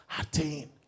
attain